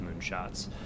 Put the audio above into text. moonshots